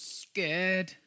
scared